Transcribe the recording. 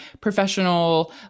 professional